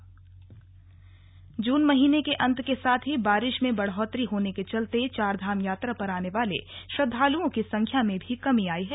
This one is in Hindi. चारधाम यात्रा जून महीने के अंत के साथ ही बारिश में बढ़ोतरी होने के चलते चारधाम यात्रा पर आने वाले श्रद्दालुओं की संख्या में भी कम आई है